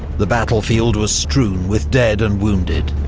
the battlefield was strewn with dead and wounded.